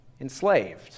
enslaved